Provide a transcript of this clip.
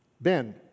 Ben